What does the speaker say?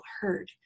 heard